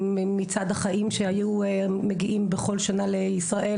מצד החיים שהיו מגיעים בכל שנה לישראל